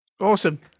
awesome